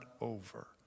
over